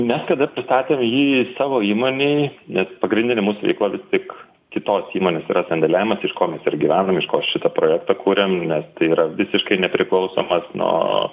mes kada pristatėm jį savo įmonei nes pagrindinė mūsų veikla vis tik kitos įmonės yra sandėliavimas iš ko mes ir gyvenam iš ko šitą projektą kuriam nes tai yra visiškai nepriklausomas nuo